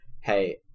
hey –